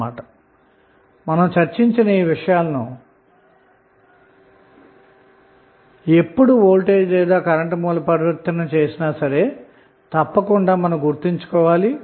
కాబట్టిమనం చర్చించిన ఈ విషయాలను ఎప్పుడు వోల్టేజ్ లేదా కరెంటు సోర్స్ ట్రాన్సఫార్మషన్ చేసినా సరే తప్పక గుర్తుంచుకోవాలి